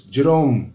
Jerome